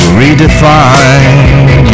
redefined